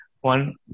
one